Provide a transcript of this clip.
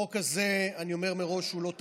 החוק הזה, אני אומר מראש, הוא לא תקין,